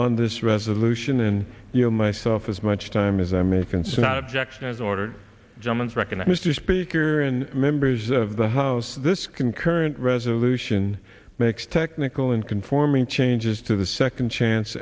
on this resolution and you know myself as much time as i may concern objects as order judgments recognize mr speaker and members of the house this concurrent resolution makes technical and conforming changes to the second chance